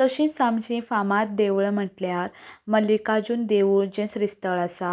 तशीच आमची फामाद देवळां म्हणटल्यार मल्लिकार्जुन देवूळ जें श्रीस्थळ आसा